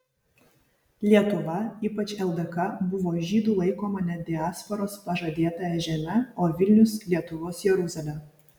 lietuva ypač ldk buvo žydų laikoma net diasporos pažadėtąja žeme o vilnius lietuvos jeruzale